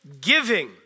giving